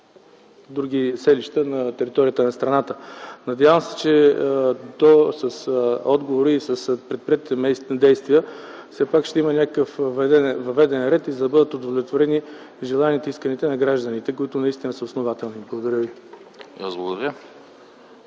други селища на територията на страната. Надявам се, че с отговора Ви и с предприетите действия все пак ще има някакъв въведен ред, за да бъдат удовлетворени желанията и исканията на гражданите, които наистина са основателни. Благодаря.